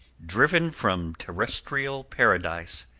driven from terrestrial paradise,